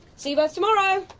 see you both tomorrow.